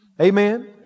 amen